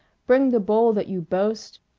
bring the bowl that you boast